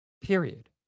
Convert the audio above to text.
period